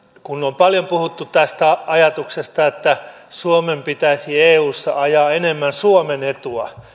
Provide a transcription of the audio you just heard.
kun on paljon puhuttu tästä ajatuksesta että suomen pitäisi eussa ajaa enemmän suomen etua